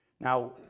Now